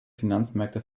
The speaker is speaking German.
finanzmärkte